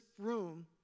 room